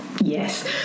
Yes